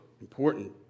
important